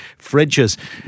fridges